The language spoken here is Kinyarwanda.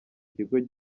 ikigo